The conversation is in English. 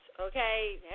okay